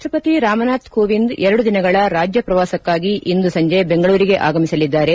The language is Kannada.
ರಾಷ್ನಪತಿ ರಾಮನಾಥ್ ಕೋವಿಂದ್ ಎರಡು ದಿನಗಳ ರಾಜ್ಯ ಪ್ರವಾಸಕಾಗಿ ಇಂದು ಸಂಜೆ ಬೆಂಗಳೂರಿಗೆ ಆಗಮಿಸಲಿದ್ದಾರೆ